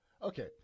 Okay